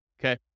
Okay